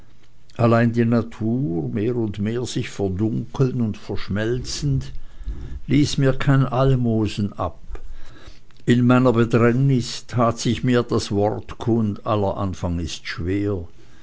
allein die natur mehr und mehr sich verdunkelnd und verschmelzend ließ mir kein almosen ab in meiner bedrängnis tat sich mir das wort kund aller anfang ist schwer